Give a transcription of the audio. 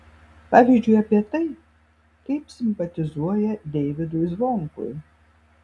pavyzdžiui apie tai kaip simpatizuoja deivydui zvonkui